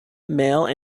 male